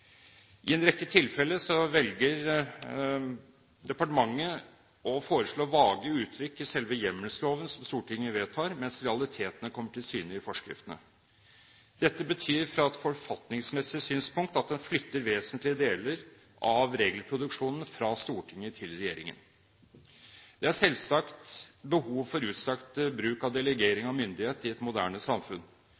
I en rekke tilfeller velger departementet å foreslå vage uttrykk i selve hjemmelsloven som Stortinget vedtar, mens realitetene kommer til syne i forskriftene. Dette betyr, fra et forfatningsmessig synspunkt, at man flytter vesentlige deler av regelproduksjonen fra Stortinget til regjeringen. Det er selvsagt behov for utstrakt bruk av delegering